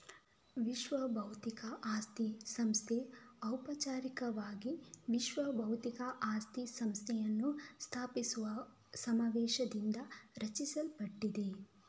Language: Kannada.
ವಿಶ್ವಬೌದ್ಧಿಕ ಆಸ್ತಿ ಸಂಸ್ಥೆ ಔಪಚಾರಿಕವಾಗಿ ವಿಶ್ವ ಬೌದ್ಧಿಕ ಆಸ್ತಿ ಸಂಸ್ಥೆಯನ್ನು ಸ್ಥಾಪಿಸುವ ಸಮಾವೇಶದಿಂದ ರಚಿಸಲ್ಪಟ್ಟಿದೆ